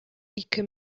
ике